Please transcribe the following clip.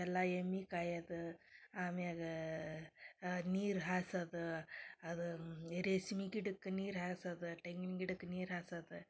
ಎಲ್ಲ ಎಮ್ಮೆ ಕಾಯೋದು ಆಮ್ಯಾಲ ನೀರು ಹಾಸೋದು ಅದು ರೇಶ್ಮಿ ಗಿಡಕ್ಕೆ ನೀರು ಹಾಸೋದ ತೆಂಗಿನ ಗಿಡಕ್ಕೆ ನೀರು ಹಾಸೋದ